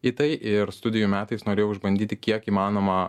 į tai ir studijų metais norėjau išbandyti kiek įmanoma